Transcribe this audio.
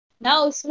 Now